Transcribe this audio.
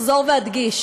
אחזור ואדגיש: